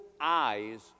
eyes